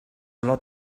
lot